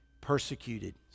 persecuted